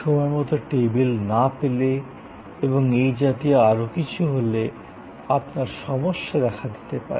সময়মতো টেবিল না পেলে এবং এই জাতীয় আরো কিছু হলে আপনার সমস্যা দেখা দিতে পারে